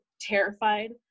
terrified